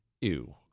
ew